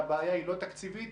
שהבעיה אינה תקציבית.